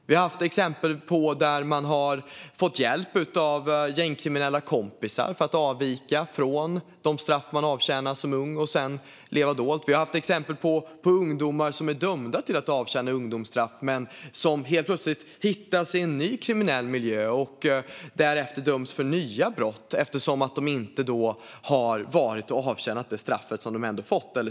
Vi har haft exempel där man fått hjälp av gängkriminella kompisar för att avvika från det straff man avtjänar som ung och sedan leva dolt. Vi har haft exempel på ungdomar som dömts till att avtjäna ungdomsstraff men helt plötsligt hittas i en ny kriminell miljö och därefter döms för nya brott, eftersom de inte avtjänat de straff de fått.